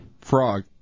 Frog